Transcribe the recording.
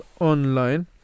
online